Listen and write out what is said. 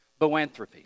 Boanthropy